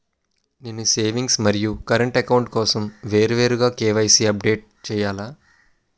నేను సేవింగ్స్ మరియు current account కోసం వేరువేరుగా కే.వై.సీ అప్డేట్ చేయాలా?